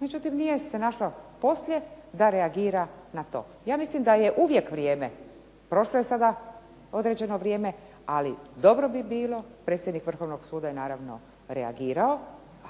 Međutim, nije se našla poslije da reagira na to. Ja mislim da je uvijek vrijeme, prošlo je sada određeno vrijeme, ali dobro bi bilo, predsjednik Vrhovnog suda je naravno reagirao,